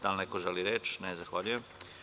Da li neko želi reč? (Ne) Zahvaljujem.